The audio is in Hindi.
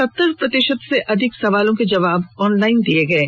सत्तर प्रतिशत से अधिक सवालों के जवाब ऑनलाइन दिये गये